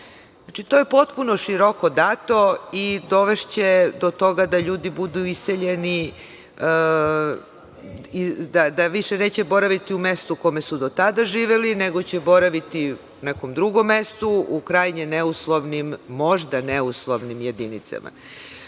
Znači, to je potpuno široko dato i dovešće do toga da ljudi budu iseljeni, da više neće boraviti u mestu u kome su do tada živeli, nego će boraviti na nekom drugom mestu, u krajnje neuslovnim, možda neuslovnim stambenim